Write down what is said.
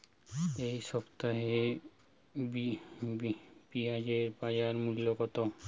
এ সপ্তাহে পেঁয়াজের বাজার মূল্য কত?